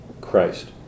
Christ